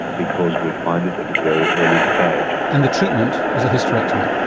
because we find it at a very early stage. and the treatment is a hysterectomy.